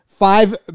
five